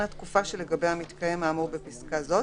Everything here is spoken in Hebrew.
התקופה שלגביה מתקיים האמור בפסקה זאת,